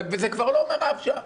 וזה כבר לא בידיים שלה.